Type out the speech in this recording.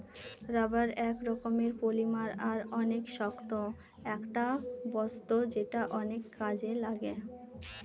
rubber এক রকমের polymer আর অনেক শক্ত একটা বস্তু যেটা অনেক কাজে লাগে